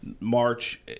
March